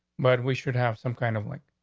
but we should have some kind of like,